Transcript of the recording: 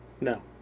no